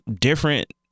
different